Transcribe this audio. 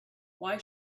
why